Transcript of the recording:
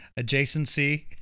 Adjacency